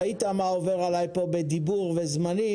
אדוני, ראית מה עובר עליי פה בדיבור וזמנים.